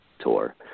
tour